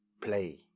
play